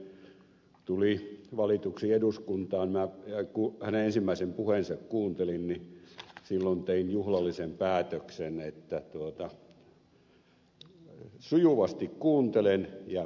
pentti oinonen tuli valituksi eduskuntaan ja kun hänen ensimmäisen puheensa kuuntelin niin silloin tein juhlallisen päätöksen että sujuvasti kuuntelen ja vähän kommentoin